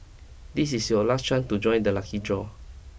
this is your last chance to join the lucky draw